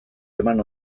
eman